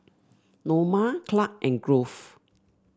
Norma Clark and Grove